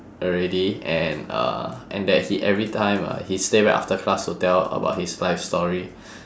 already and uh and that he every time uh he stay back after class to tell about his life story